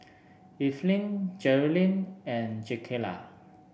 Eveline Jerrilyn and Jakayla